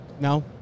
No